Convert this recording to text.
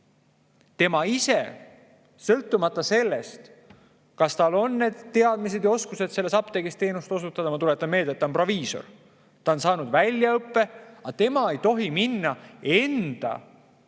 Tema ise, sõltumata sellest, kas tal on teadmised ja oskused, et selles apteegis teenust osutada – ma tuletan meelde, et ta on proviisor, ta on saanud väljaõppe –, ei tohi minna enda